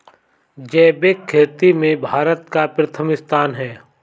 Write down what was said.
जैविक खेती में भारत का प्रथम स्थान